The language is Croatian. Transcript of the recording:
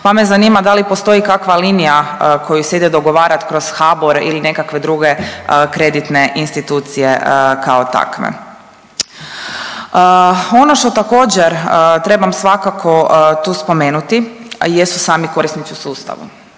pa me zanima da li postoji kakva linija koju se ide dogovarati kroz HBOR ili nekakve druge kreditne institucije kao takve. Ono što također, trebam svakako tu spomenuti jesu sami korisnici sustava.